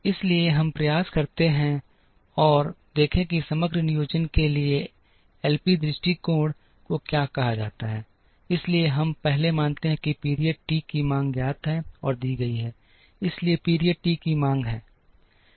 इसलिए हम प्रयास करते हैं और देखें कि समग्र नियोजन के लिए एलपी दृष्टिकोण को क्या कहा जाता है इसलिए हम पहले मानते हैं कि पीरियड टी की मांग ज्ञात है और दी गई है इसलिए पीरियड टी की मांग है